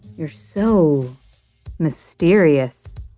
you're so mysterious.